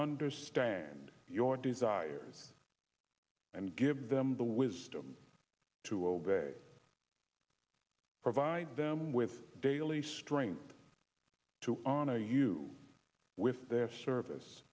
understand your desires and give them the wisdom to obey provide them with daily strength to honor you with their service